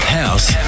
house